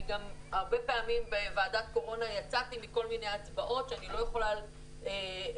הרבה פעמים בוועדת קורונה יצאתי מכל מיני הצבעות שאני יכולה להצביע,